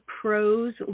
pros